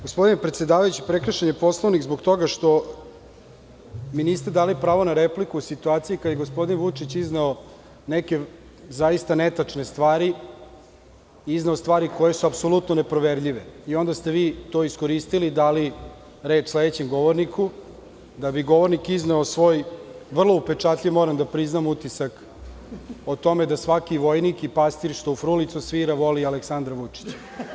Gospodine predsedavajući, prekršen je Poslovnik zbog toga što mi niste dali pravo na repliku u situaciji kada je gospodin Vučić izneo neke zaista netačne stvari i izneo stvari koje su apsolutno ne proverljive i onda ste vi to iskoristili i dali reč sledećem govorniku, da bi govornik izneo svoj vrlo upečatljiv utisak o tome da svaki vojnik i pastir što u frulicu svira voli Aleksandra Vučića.